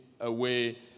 away